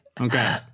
Okay